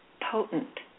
potent